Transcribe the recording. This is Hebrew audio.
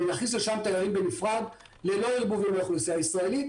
ונכניס לשם תיירים בנפרד ללא ערבובים עם האוכלוסייה הישראלית,